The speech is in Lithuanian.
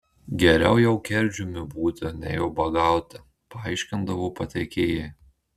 geriau jau kerdžiumi būti nei ubagauti paaiškindavo pateikėjai